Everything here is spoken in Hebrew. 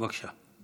בבקשה, אדוני.